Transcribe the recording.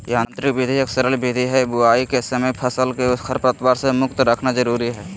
यांत्रिक विधि एक सरल विधि हई, बुवाई के समय फसल के खरपतवार से मुक्त रखना जरुरी हई